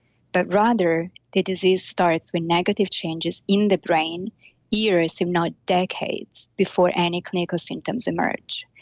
but rather the disease starts with negative changes in the brain years, if not decades, before any clinical symptoms emerge.